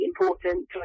important